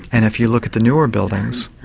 and if you look at the newer buildings,